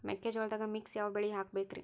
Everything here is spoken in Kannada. ಮೆಕ್ಕಿಜೋಳದಾಗಾ ಮಿಕ್ಸ್ ಯಾವ ಬೆಳಿ ಹಾಕಬೇಕ್ರಿ?